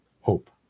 hope